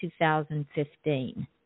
2015